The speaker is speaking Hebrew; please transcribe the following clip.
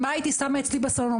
מה הייתי שם אצלי בסלון,